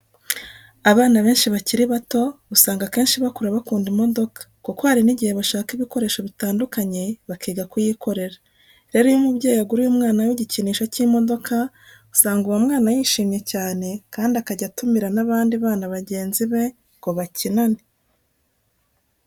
Abana benshi bakiri bato usanga akenshi bakura bakunda imodoka kuko hari n'igihe bashaka ibikoresho bitandukanye bakiga kuyikora. Rero iyo umubyeyi aguriye umwana we igikinisho cy'imodoka, usanga uwo mwana yishimye cyane kandi akajya atumira n'abandi bana bagenzi be ngo bakinane.